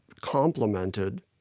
complemented